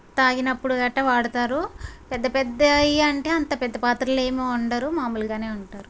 తాగినప్పుడు గట్టా వాడతారు పెద్ద పెద్దవి అంటే అంత పెద్ద పాత్రలు ఏమి వండరు మామూలుగానే ఉంటారు